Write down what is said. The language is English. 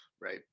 Right